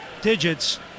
digits